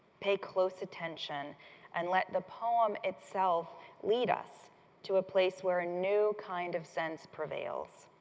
pay close attention and let the poem itself lead us to a place where a new kind of sense prevails.